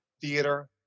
theater